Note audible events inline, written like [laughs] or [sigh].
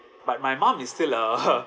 but my mum is still a [laughs]